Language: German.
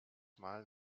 mal